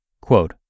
quote